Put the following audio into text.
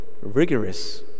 rigorous